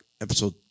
episode